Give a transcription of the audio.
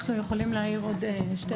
אנחנו יכולים להעיר עוד שתי הערות?